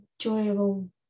enjoyable